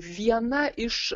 viena iš